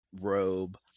robe